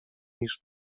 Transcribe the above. niż